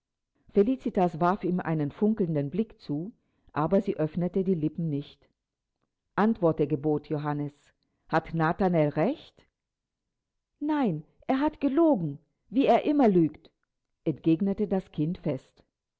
felicitas warf ihm einen funkelnden blick zu aber sie öffnete die lippen nicht antworte gebot johannes hat nathanael recht nein er hat gelogen wie er immer lügt entgegnete das kind fest